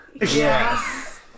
yes